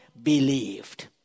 Believed